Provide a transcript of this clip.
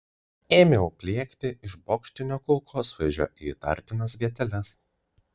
ėmiau pliekti iš bokštinio kulkosvaidžio į įtartinas vieteles